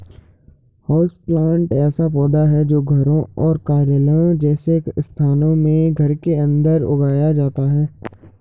houseplant ऐसा पौधा है जो घरों और कार्यालयों जैसे स्थानों में घर के अंदर उगाया जाता है